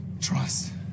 Trust